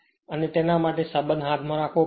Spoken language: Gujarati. અને તેના માટે સંબંધ હાથ માં રાખવો પડશે